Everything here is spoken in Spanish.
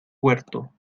huerto